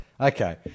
Okay